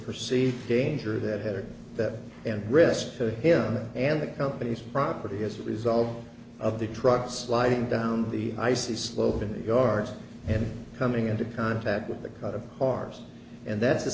perceived danger that had or that and risk to him and the company's property as a result of the truck sliding down the icy slope in the yard and coming into contact with the cut apart and that's